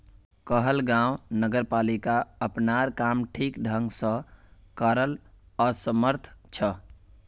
कहलगांव नगरपालिका अपनार काम ठीक ढंग स करवात असमर्थ छ